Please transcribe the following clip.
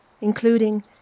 including